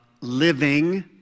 living